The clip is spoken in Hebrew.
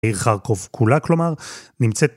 עיר חרקוב כולה, כלומר נמצאת...